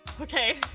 Okay